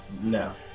No